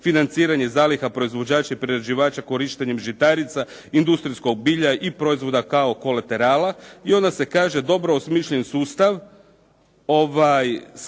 financiranje zaliha proizvođača i prerađivača korištenjem žitarica, industrijskog bilja i proizvoda kao kolaterala. I onda se kaže, dobro osmišljen sustav skladištara